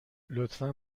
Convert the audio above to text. لطفا